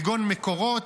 כגון מקורות,